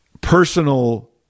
personal